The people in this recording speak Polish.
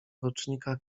rocznikach